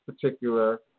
particular